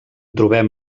trobem